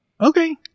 okay